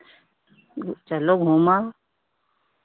चलो घूम आओ